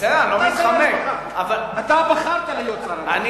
אתה בחרת להיות שר הרווחה.